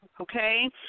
Okay